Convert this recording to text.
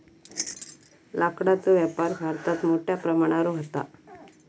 लाकडाचो व्यापार भारतात मोठ्या प्रमाणावर व्हता